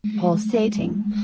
pulsating